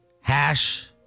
hash